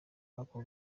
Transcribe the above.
ako